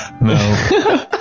no